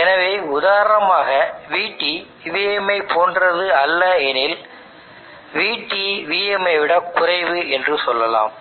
எனவே உதாரணமாகச் Vt Vm ஐப் போன்றதல்ல எனில்Vt Vm ஐ விடக் குறைவு என்று சொல்லலாம்